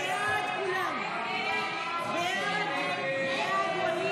הסתייגות 1342 לא התקבלה.